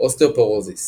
אוסטאופורוזיס